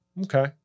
Okay